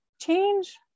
change